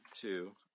two